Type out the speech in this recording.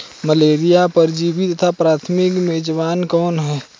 Malaria परजीवी का प्राथमिक मेजबान कौन है?